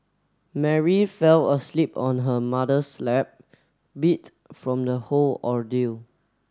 Mary fell asleep on her mother's lap beat from the whole ordeal